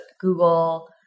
Google